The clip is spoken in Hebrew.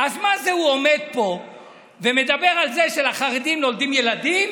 אז מה זה שהוא עומד פה ומדבר על זה שלחרדים נולדים ילדים